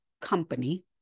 company